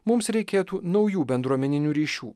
mums reikėtų naujų bendruomeninių ryšių